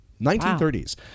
1930s